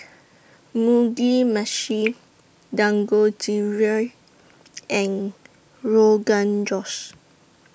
Mugi Meshi Dangojiru and Rogan Josh